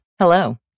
Hello